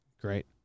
Great